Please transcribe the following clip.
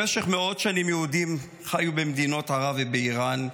במשך מאות שנים יהודים חיו במדינות ערב ובאיראן,